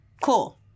Cool